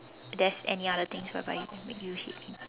there's any other things whereby that make you hate him